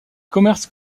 commerces